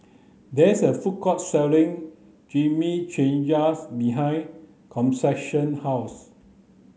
there is a food court selling Chimichangas behind Concepcion's house